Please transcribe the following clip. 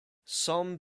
some